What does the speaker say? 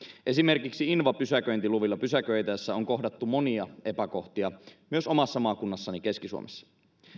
esimerkiksi invapysäköintiluvilla pysäköitäessä on kohdattu monia epäkohtia myös omassa maakunnassani keski suomessa